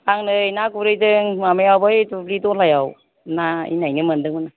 आं नै ना गुरहैदों माबायाव बै दुब्लि दलायाव ना इनायनो मोनदोंमोन